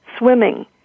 Swimming